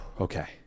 okay